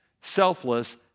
Selfless